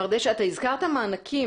מר דשא, אתה הזכרת מענקים